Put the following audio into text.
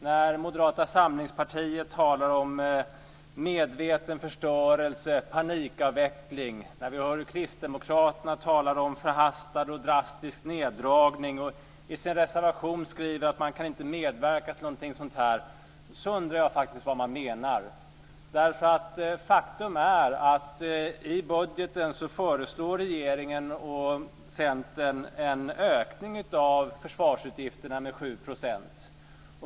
När Moderata samlingspartiet talar om medveten förstörelse och panikavveckling, och när vi hör Kristdemokraterna tala om förhastad och drastisk neddragning och dessutom i sin reservation skriver att man inte kan medverka till något sådant här så undrar jag faktiskt vad de menar. Faktum är att i budgeten föreslår regeringen och Centern en ökning av försvarsutgifterna med 7 %.